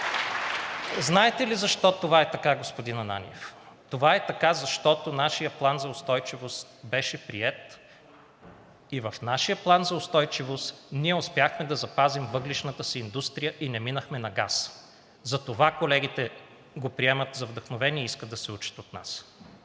Знаете ли защо това е така, господин Ананиев. Това е така, защото нашият План за устойчивост беше приет и в нашия План за устойчивост ние успяхме да запазим въглищната си индустрия и не минахме на газ. Затова колегите го приемат за вдъхновение и искат да се учат от нас.